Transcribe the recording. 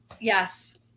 yes